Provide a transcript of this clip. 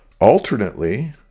Alternately